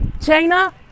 China